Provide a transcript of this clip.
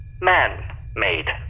man-made